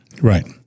Right